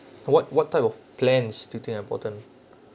for what what type of plans do you think important